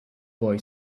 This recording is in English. boy